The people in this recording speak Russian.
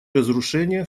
разрушение